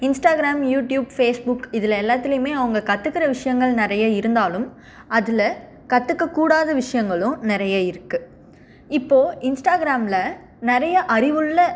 Instagram YouTube Facebook இதில் எல்லாத்திலையுமே அவங்க கத்துக்கிற விஷயங்கள் நிறைய இருந்தாலும் அதில் கற்றுக்க கூடாத விஷயங்களும் நிறைய இருக்குது இப்போது இன்ஸ்டாகிராம்ல நிறைய அறிவுள்ள